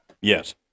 Yes